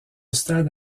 stade